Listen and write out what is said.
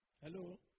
Hello